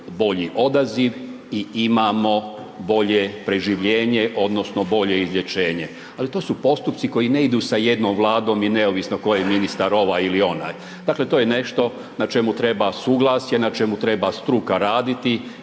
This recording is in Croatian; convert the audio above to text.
bolji odaziv i imamo bolje preživljenje odnosno bolje izlječenje. Ali to su postupci koji ne idu sa jednom Vladom i neovisno tko je ministar ovaj ili onaj. Dakle to je nešto na čemu treba suglasje, na čemu treba struka raditi